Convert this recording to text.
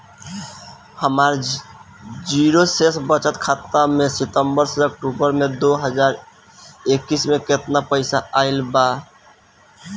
हमार जीरो शेष बचत खाता में सितंबर से अक्तूबर में दो हज़ार इक्कीस में केतना पइसा आइल गइल बा?